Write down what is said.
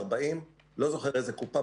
40. לא זוכר באיזו קופה,